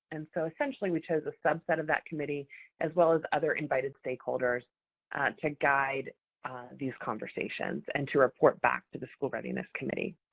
and so essentially, we chose a subset of that committee as well as other invited stakeholders to guide these conversations and to report back to the school readiness committee.